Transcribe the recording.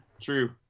True